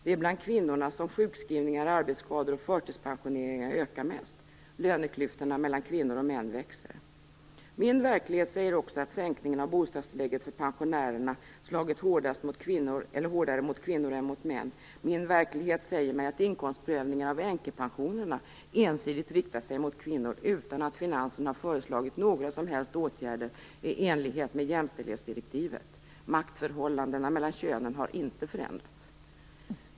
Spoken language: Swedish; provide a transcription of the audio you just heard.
Det är bland kvinnorna som sjukskrivningar, arbetsskador och förtidspensioneringar ökar mest. Löneklyftorna mellan kvinnor och män växer. Min verklighet säger också att sänkningen av bostadstillägget för pensionärerna slagit hårdare mot kvinnor än mot män. Min verklighet säger mig att inkomstprövningen av änkepensionerna ensidigt riktar sig mot kvinnor utan att finansen har föreslagit några som helst åtgärder i enlighet med jämställdhetsdirektivet. Maktförhållandena mellan könen har inte förändrats.